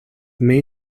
may